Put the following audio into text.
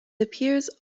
appears